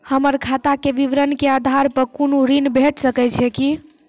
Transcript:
हमर खाता के विवरण के आधार प कुनू ऋण भेट सकै छै की?